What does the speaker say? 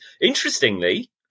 Interestingly